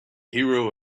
hero